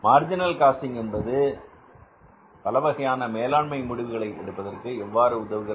marginal costing என்பது பலவகையான மேலாண்மை முடிவுகளை எடுப்பதற்கு எவ்வாறு உதவுகிறது